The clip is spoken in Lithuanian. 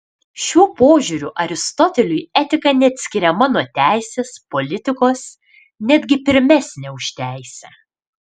šiuo požiūriu aristoteliui etika neatskiriama nuo teisės politikos netgi pirmesnė už teisę